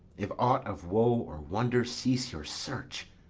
if aught of woe or wonder, cease your search.